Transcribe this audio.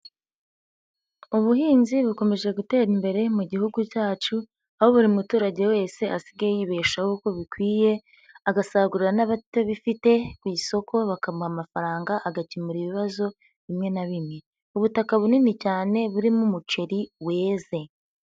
Ubuhinzi bukomeje gutera imbere mu gihugu cyacu, aho buri muturage wese asigaye yibeshaho uko bikwiye agasagurira n'abatabifite ku isoko bakamuha amafaranga agakemura ibibazo bimwe na bimwe. Ubutaka bunini cyane burimo umuceri weze.